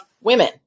women